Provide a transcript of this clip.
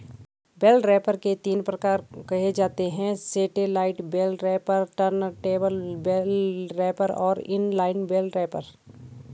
bell wrapper के तीन प्रकार कहे जाते हैं satellite bale wrapper, turntable bale wrapper और इन लाइन बेल रैपर